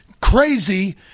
crazy